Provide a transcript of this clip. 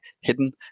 hidden